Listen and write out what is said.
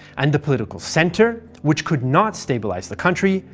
and the political centre, which could not stabilize the country,